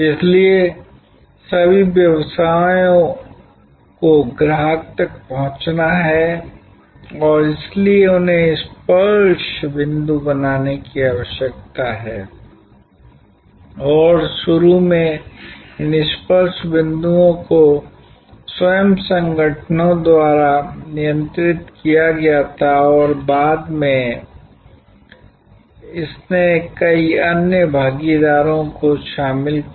इसलिए सभी व्यवसायों को ग्राहक तक पहुंचना है और इसलिए उन्हें स्पर्श बिंदु बनाने की आवश्यकता है और शुरू में इन स्पर्श बिंदुओं को स्वयं संगठनों द्वारा नियंत्रित किया गया था और बाद में इसने कई अन्य भागीदारों को शामिल किया